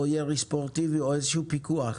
או ירי ספורטיבי או איזשהו פיקוח.